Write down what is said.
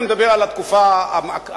אני מדבר על התקופה הקדומה,